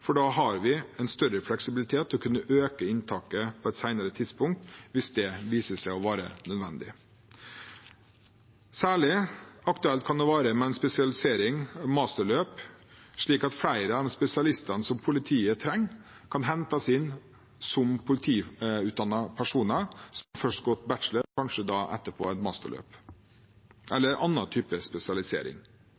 for da har vi en større fleksibilitet til å kunne øke inntaket på et senere tidspunkt, hvis det viser seg å være nødvendig. Særlig aktuelt kan det være med en spesialisering, et masterløp, slik at flere av de spesialistene som politiet trenger, kan hentes inn som politiutdannede personer som først har tatt en bachelor, og etterpå kanskje har gått et masterløp,